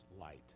light